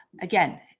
again